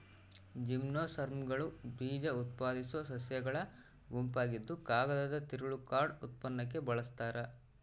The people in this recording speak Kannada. ಜಿಮ್ನೋಸ್ಪರ್ಮ್ಗಳು ಬೀಜಉತ್ಪಾದಿಸೋ ಸಸ್ಯಗಳ ಗುಂಪಾಗಿದ್ದುಕಾಗದದ ತಿರುಳು ಕಾರ್ಡ್ ಉತ್ಪನ್ನಕ್ಕೆ ಬಳಸ್ತಾರ